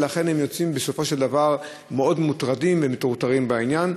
ולכן הם יוצאים בסופו של דבר מאוד מוטרדים ומטורטרים בעניין.